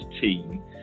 team